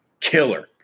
Killer